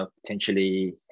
potentially